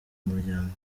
muryango